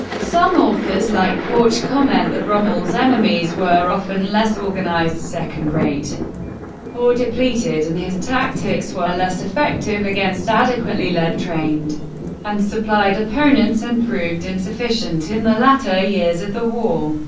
some authors, like porch, comment that rommel's enemies were often less organized, second-rate, or depleted, and his tactics were less effective against adequately led, trained and supplied opponents, and proved insufficient in the latter years of the war.